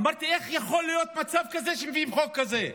אמרתי: איך יכול להיות מצב כזה שמביאים חוק כזה?